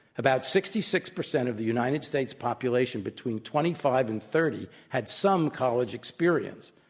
about sixty six percent of the united states population between twenty five and thirty had some college experience.